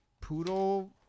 Poodle